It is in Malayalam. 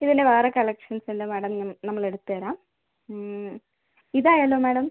ഇതിൻ്റെ വേറെ കളക്ഷൻസ് ഉണ്ട് മേഡം നമ്മൾ എടുത്തുതരാം ഇതായാലോ മേഡം